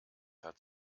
hat